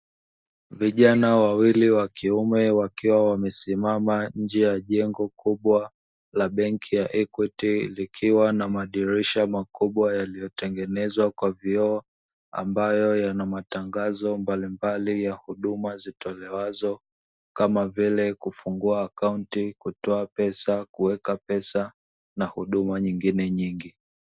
Vijana wawili wa kiume wakiwa wamesimama nje ya jengo kubwa la benki ya "EQUITY" likiwa na madirisha makubwa yaliyotengenezwa kwa vioo ambayo yana matangazo mbalimbali ya huduma zitolewazo kama vile: kufungua akaunti, kutoa pesa, kuweka pesa na huduma nyingine nyingi.